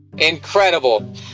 incredible